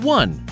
one